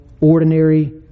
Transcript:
ordinary